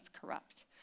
corrupt